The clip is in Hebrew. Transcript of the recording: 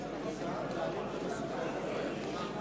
חברי חברי הכנסת, הצעת חוק הכנסת